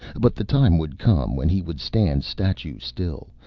but the time would come when he would stand statue-still.